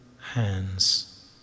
hands